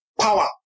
power